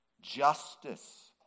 Justice